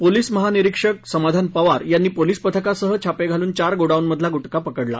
police महानिरिक्षक समाधान पवार यांनी पोलिसपथकासह छापे घालून चार गोडाऊनमधला गुटखा पकडला